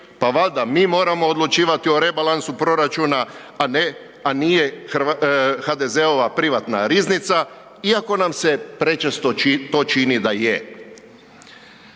pa valjda mi moramo odlučivati o rebalansu proračuna, a nije HDZ-ova privatna riznica iako nam se to prečesto čini da je.